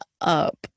up